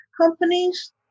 companies